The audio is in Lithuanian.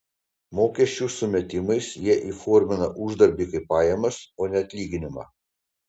mokesčių sumetimais jie įformina uždarbį kaip pajamas o ne atlyginimą